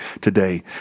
today